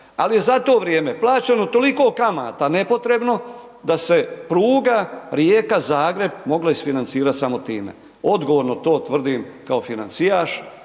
ali je za to vrijeme plaćeno toliko kamata nepotrebno da se pruga Rijeka – Zagreb mogla izfinancirat samo time. Odgovorno to tvrdim kao financijaš